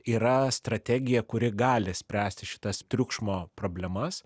yra strategija kuri gali spręsti šitas triukšmo problemas